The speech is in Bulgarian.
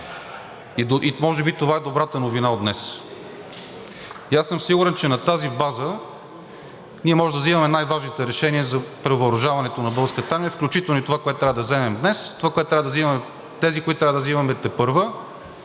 и може би това е добрата новина от днес. И аз съм сигурен, че на тази база ние можем да взимаме най важните решения за превъоръжаването на Българската армия, включително и това, което трябва да вземем днес, тези, които трябва да взимаме тепърва,